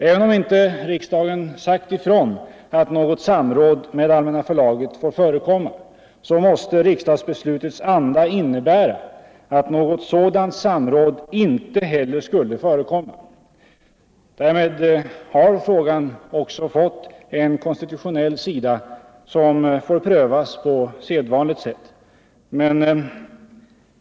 Även om riksdagen inte i sitt beslut direkt sade ifrån att samråd med Allmänna förlaget inte får förekomma måste riksdagsbeslutets anda innebära att något sådant samråd inte heller skulle förekomma. Därmed har frågan också fått en konstitutionell sida som bör prövas på sedvanligt sätt.